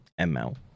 ml